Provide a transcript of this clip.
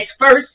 first